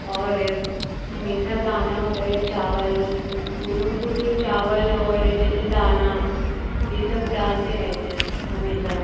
और हमेशा दाना वग़ैरह चावल वे लोग को तो चावल और जैसे दाना ये सब डालते रहते हैं हमेशा